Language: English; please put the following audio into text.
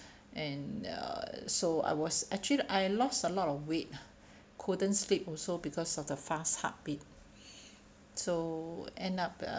and uh so I was actually I lost a lot of weight ah couldn't sleep also because of the fast heartbeat so end up uh